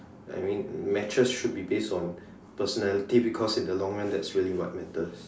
I mean matches should be based on personality because in the long run that's really what matters